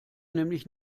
nämlich